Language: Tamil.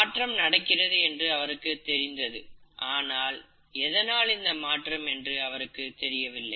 மாற்றம் நடக்கிறது என்று அவருக்கு தெரிந்தது ஆனால் எதனால் இந்த மாற்றம் என்று அவருக்குத் தெரியவில்லை